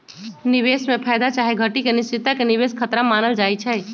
निवेश में फयदा चाहे घटि के अनिश्चितता के निवेश खतरा मानल जाइ छइ